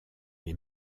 les